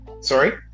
sorry